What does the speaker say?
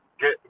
get